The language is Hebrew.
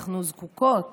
אנחנו זקוקות